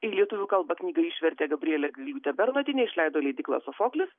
į lietuvių kalba knygą išvertė gabrielė gailiūtė bernotienė išleido leidykla sofoklis